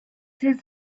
his